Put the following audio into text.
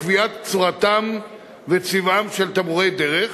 לקביעת צורתם וצבעם של תמרורי דרך.